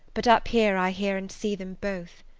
but up here i hear and see them both.